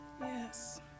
yes